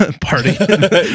party